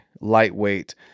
lightweight